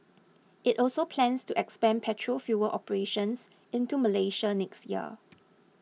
it also plans to expand petrol fuel operations into Malaysia next year